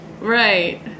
Right